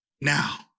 now